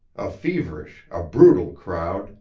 a feverish, a brutal crowd